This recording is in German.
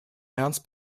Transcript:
ernst